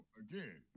again